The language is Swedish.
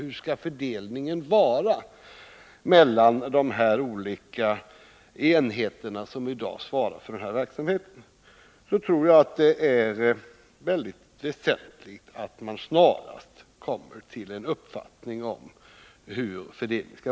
Jag tror att det är väldigt väsentligt att man snarast kommer till en uppfattning om hur fördelningen skall vara mellan de olika enheter som i dag svarar för verksamheten.